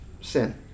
sin